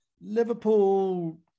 Liverpool